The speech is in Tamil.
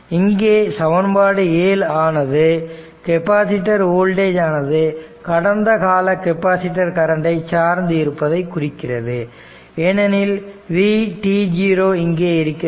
இங்கே சமன்பாடு 7 ஆனது கெப்பாசிட்டர் வோல்டேஜ் ஆனது கடந்த கால கெப்பாசிட்டர் கரண்டை சார்ந்து இருப்பதை குறிக்கிறது ஏனெனில் vt0 இங்கே இருக்கிறது